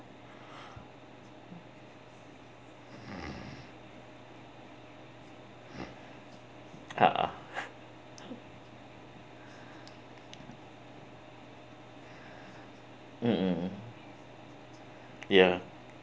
(uh huh) mmhmm ya